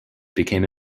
became